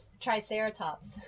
Triceratops